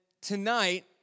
tonight